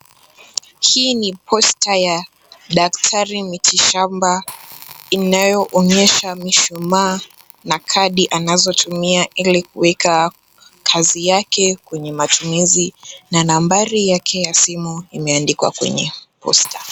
Hii ni posta ya Daktari miti shamba inayoonyesha mishumaa na kadi anazotumia ili kuweka kazi yake kwenye matumizi na nambari yake ya simu imeandikwa kwenye posta.